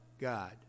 God